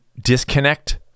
disconnect